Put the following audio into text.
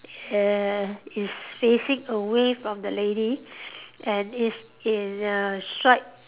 and is facing away from the lady and it's in a stripe